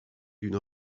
d’une